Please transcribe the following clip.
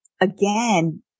again